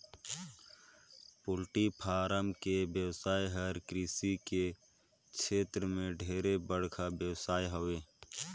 poultry farm के बेवसाय हर कृषि के छेत्र में ढेरे बड़खा बेवसाय हवे